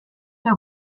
der